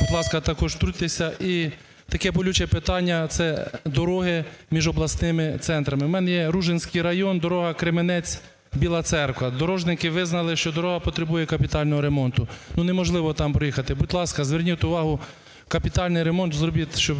Будь ласка, також втрутьтеся. І таке болюче питання, це дороги між обласними центрами. В мене єРужинський район, дорога Кременець – Біла Церква. Дорожники визнали, що дорога потребує капітального ремонту, ну, неможливо там проїхати. Будь ласка, зверніть увагу, капітальний ремонт зробіть, щоб…